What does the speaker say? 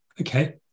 okay